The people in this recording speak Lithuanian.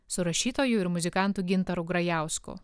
su rašytoju ir muzikantu gintaru grajausku